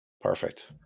Perfect